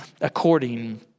according